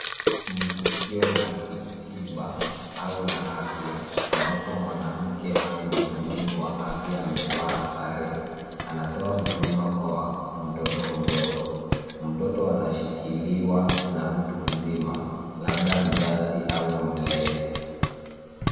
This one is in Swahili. Ni tukio la kitiba, au la afya, ambapo mwanamke au mhudumu wa afya amevaa sare, anatoa huduma kwa mtoto mdogo. Mtoto anashikiliwa na mtu mzima, labda mzazi, au mlezi.